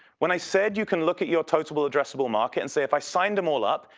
when i said you can look at your total addressable market and say, if i sign them all up,